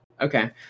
Okay